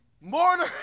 mortar